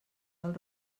del